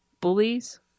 bullies